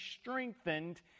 strengthened